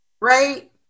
right